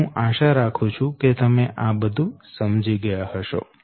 તેથી હું આશા રાખું છું કે તમે આ બધું સમજી ગયા હશો